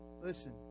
Listen